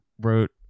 wrote